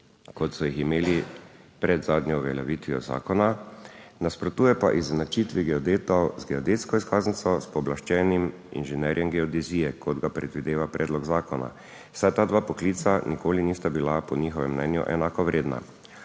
kot so jih imeli pred zadnjo uveljavitvijo zakona, nasprotuje pa izenačitvi geodetov z geodetsko izkaznico s pooblaščenim inženirjem geodezije, kot ga predvideva predlog zakona, saj ta dva poklica po njihovem mnenju nikoli